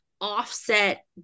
offset